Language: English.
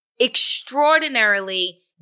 extraordinarily